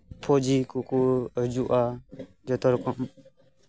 ᱯᱷᱳᱣᱡᱤ ᱠᱚᱠᱚ ᱦᱤᱡᱩᱜᱼᱟ ᱡᱚᱛᱚ ᱨᱚᱠᱚᱢ